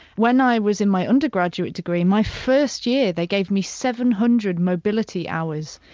when i was in my undergraduate degree my first year they gave me seven hundred mobility hours.